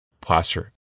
plaster